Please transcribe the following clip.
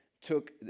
took